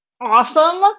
awesome